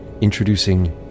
Introducing